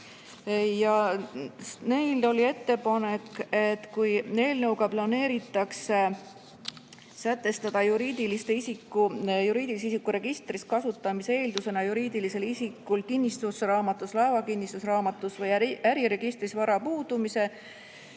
Neil oli ettepanek, et kui eelnõuga planeeritakse sätestada juriidilise isiku registrist kustutamise eeldusena juriidilisel isikul kinnistusraamatus, laevakinnistusraamatus või äriregistris vara puudumise,